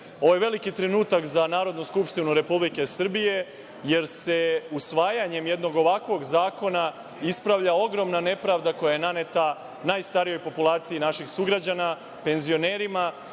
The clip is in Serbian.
je veliki trenutak za Narodnu skupštinu Republike Srbije jer se usvajanjem jednog ovakvog zakona ispravlja ogromna nepravda koja je naneta najstarijoj populaciji naših sugrađana, penzionerima